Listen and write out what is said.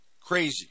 crazy